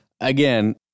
again